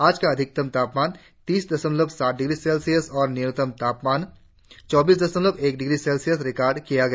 आज का अधिकतम तापमान तीस दशमलव साथ डिग्री सेल्सियस और न्यूनतम तापमान चौबीस दशमलव एक डिग्री सेल्सियस रिकार्ड किया गया